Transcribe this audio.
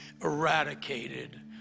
eradicated